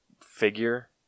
figure